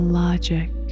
logic